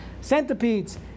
centipedes